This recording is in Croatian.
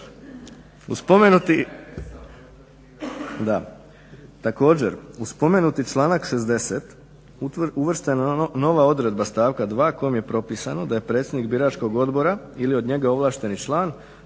u spomenuti članak 60. uvrštena je nova odredba stavka 2. kojom je propisano da je predsjednik biračkog odbora ili od njega ovlašteni član